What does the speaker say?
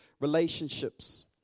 relationships